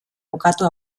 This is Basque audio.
bukatu